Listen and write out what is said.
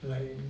like